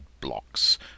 blocks